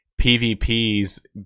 PvP's